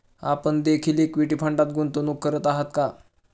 आपण देखील इक्विटी फंडात गुंतवणूक करत आहात का?